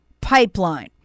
pipeline